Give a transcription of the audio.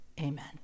Amen